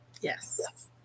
Yes